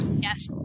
Yes